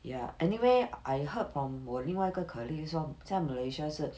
ya anyway I heard from 我另外一个 colleague 是说在 malaysia 是